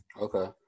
Okay